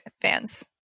fans